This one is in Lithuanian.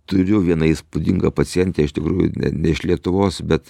turiu vieną įspūdingą pacientę iš tikrųjų ne ne iš lietuvos bet